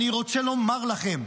אני רוצה לומר לכם: